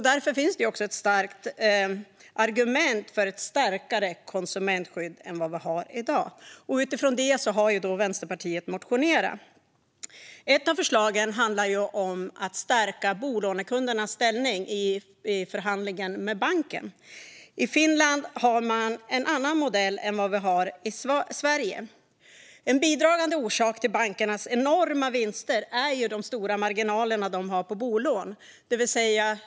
Därför finns det också ett starkt argument för ett starkare konsumentskydd än det vi har i dag. Utifrån det har Vänsterpartiet motionerat. Ett av förslagen handlar om att stärka bolånekundernas ställning i förhandlingen med banken. I Finland har man en annan modell än i Sverige. En bidragande orsak till bankernas enorma vinster är de stora marginaler de har på bolån.